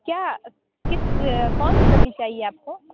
क्या किस कौन सी सब्ज़ी चाहिए आप को